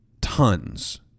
tons